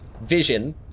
vision